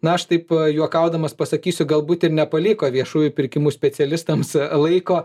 na aš taip juokaudamas pasakysiu galbūt ir nepaliko viešųjų pirkimų specialistams laiko